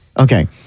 Okay